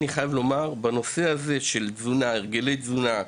אני חייב לומר שבנושא של תזונה והרגלי תזונה,